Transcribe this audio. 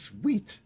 Sweet